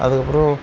அதுக்கப்புறம்